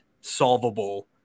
solvable